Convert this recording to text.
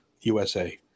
USA